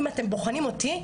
אם אתם בוחנים אותי,